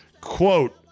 Quote